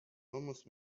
almost